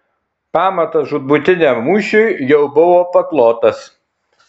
pamatas žūtbūtiniam mūšiui jau buvo paklotas